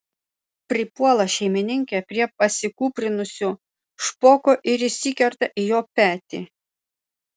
pripuola šeimininkė prie pasikūprinusio špoko ir įsikerta į jo petį